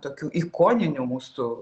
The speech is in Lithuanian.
tokių ikoninių mūsų